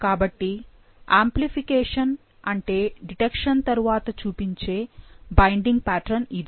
కాబట్టి ఆంప్లిఫికేషన్ అంటే డిటెక్షన్ తరువాత చూపించే బైండింగ్ ప్యాట్రన్ ఇదే